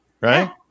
right